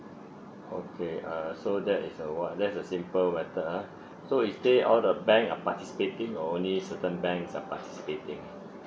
okay uh so that is a what there's a simple method ah so is it all the bank are participating or only certain banks are participating